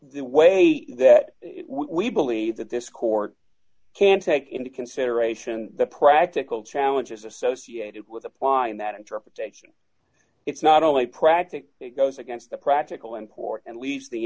the way that we believe that this court can take into consideration the practical challenges associated with applying that interpretation it's not only practical it goes against the practical import and leaves the